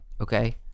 okay